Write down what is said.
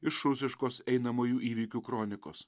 iš rusiškos einamųjų įvykių kronikos